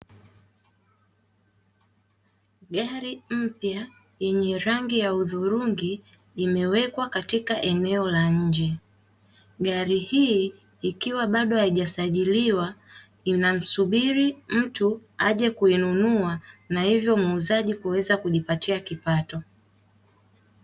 Gari mpya yenye rangi ya hudhurungi imewekwa katika eneo la nje, gari hii ikiwa bado haijasajiliwa inamsubiri mtu aje kununua na hivyo muuzaji kuweza kujipatia kipato.